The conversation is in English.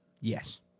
Yes